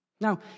Now